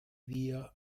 wir